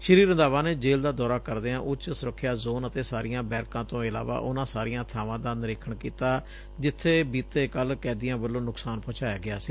ਸ੍ਰੀ ਰੰਧਾਵਾ ਨੇ ਜੇਲ ਦਾ ਦੌਰਾ ਕਰਦਿਆਂ ਉਚ ਸੁਰੱਖਿਆ ਜ਼ੋਨ ਅਤੇ ਸਾਰੀਆਂ ਬੈਰਕਾਂ ਤੋਂ ਇਲਾਵਾ ਉਨਾਂ ਸਾਰੀਆਂ ਬਾਵਾਂ ਦਾ ਨਿਰੀਖਣ ਕੀਤਾ ਜਿੱਬੇ ਬੀਤੇ ਕੱਲੂ ਕੈਦੀਆਂ ਵੱਲੋਂ ਨੁਕਸਾਨ ਪਹੁੰਚਾਇਆ ਗਿਆ ਸੀ